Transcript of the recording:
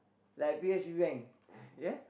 like P_O_S_B bank ya